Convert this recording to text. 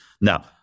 Now